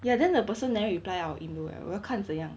ya then the person never reply our email eh 我要看怎样